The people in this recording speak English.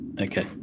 Okay